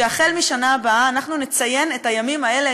שהחל משנה הבאה אנחנו נציין את הימים האלה,